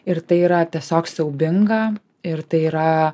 ir tai yra tiesiog siaubinga ir tai yra